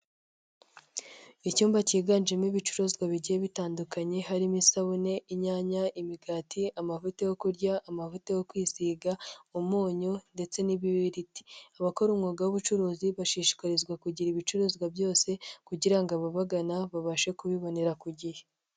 Icyumba cyiganjemo ibicuruzwa bigiye bitandukanye harimo isabune, inyanya, imigati, amavuta yo kurya, amavuta yo kwisiga, umunyu, ndetse n'ibibiriti. Abakora umwuga w'ubucuruzi bashishikarizwa kugira ibicuruzwa byose, kugira ngo ababagana babashe kubibonera ku gihe.